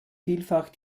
vielfach